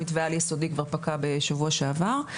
מתווה העל יסודי כבר פקע בשבוע שעבר,